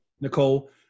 Nicole